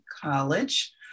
college